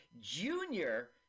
Junior